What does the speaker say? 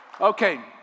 Okay